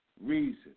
reason